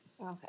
Okay